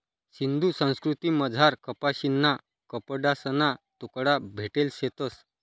सिंधू संस्कृतीमझार कपाशीना कपडासना तुकडा भेटेल शेतंस